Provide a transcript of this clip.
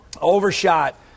overshot